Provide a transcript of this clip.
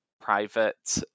private